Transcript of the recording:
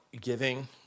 giving